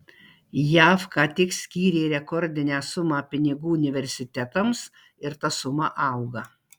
jav ką tik skyrė rekordinę sumą pinigų universitetams ir ta suma auga